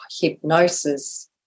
hypnosis